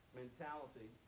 mentality